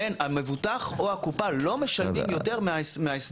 המבוטח או הקופה לא משלמים יותר מההסדר.